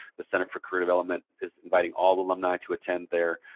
the center for career development is inviting all the alumni to attend their